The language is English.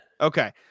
Okay